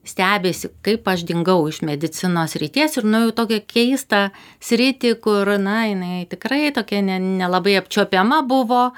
stebisi kaip aš dingau iš medicinos srities ir nuėjau į tokią keistą sritį kur na jinai tikrai tokia ne nelabai apčiuopiama buvo